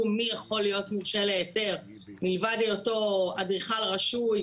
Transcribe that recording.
מי יכול להיות מורשה להיתר מלבד היותו אדריכל רשוי,